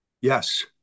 Yes